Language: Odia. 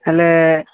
ହେଲେ